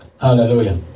hallelujah